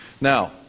Now